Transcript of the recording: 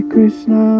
Krishna